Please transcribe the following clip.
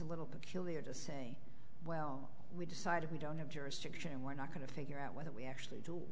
a little peculiar to say well we decided we don't have jurisdiction and we're not going to figure out whether we actually do